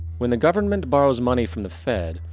when the government borrows money from the fed,